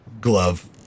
glove